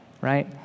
right